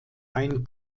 ein